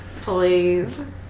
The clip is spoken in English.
Please